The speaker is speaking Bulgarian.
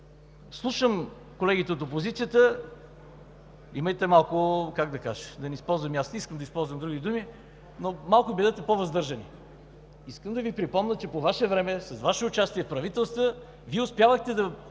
Слушам колегите от опозицията. Имайте малко, как да кажа, не искам да използвам други думи, но бъдете малко по-въздържани! Искам да Ви припомня, че по Ваше време, с Ваше участие в правителства Вие успявахте да